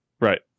Right